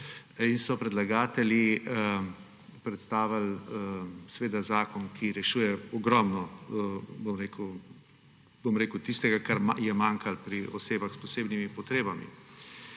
in so predlagatelji predstavili zakon, ki rešuje ogromno tistega, kar je manjkalo pri osebah s posebnimi potrebami.